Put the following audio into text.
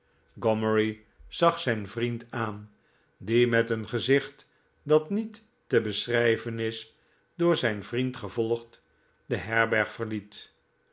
zag zijn vriend aan die met een gezicht dat niet te beschryven is door zjn vriend gevolgd de herberg verliet